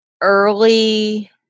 early